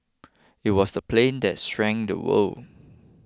it was the plane that shrank the world